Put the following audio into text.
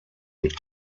mit